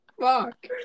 Fuck